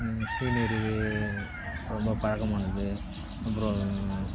senior இது ரொம்ப பழக்கமானது அப்புறம்